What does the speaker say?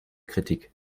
kritik